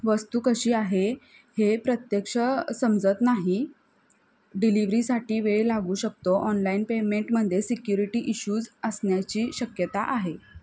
वस्तू कशी आहे हे प्रत्यक्ष समजत नाही डिलिव्हरीसाठी वेळ लागू शकतो ऑनलाईन पेमेंटमध्ये सिक्युरिटी इशूज असण्याची शक्यता आहे